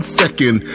second